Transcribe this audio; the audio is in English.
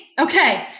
Okay